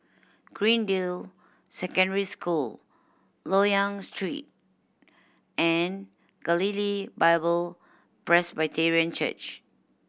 Greendale Secondary School Loyang Street and Galilee Bible Presbyterian Church